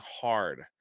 hard